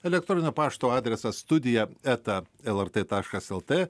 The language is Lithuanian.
elektroninio pašto adresas studija eta lrt taškas lt